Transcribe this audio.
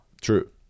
True